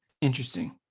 Interesting